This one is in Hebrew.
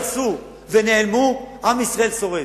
קרסו ונעלמו, עם ישראל שורד.